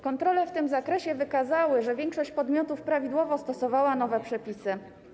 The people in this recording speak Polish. Kontrole w tym zakresie wykazały, że większość podmiotów prawidłowo stosowała nowe przepisy.